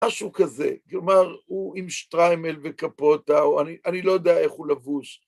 משהו כזה, כלומר, הוא עם שטריימל וקפוטה, או אני לא יודע איך הוא לבוש.